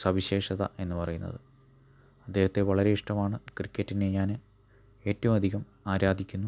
സവിശേഷത എന്ന് പറയുന്നത് അദ്ദേഹത്തെ വളരെ ഇഷ്ടമാണ് ക്രിക്കറ്റിനെ ഞാന് ഏറ്റവും അധികം ആരാധിക്കുന്നു